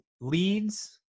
leads